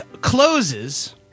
closes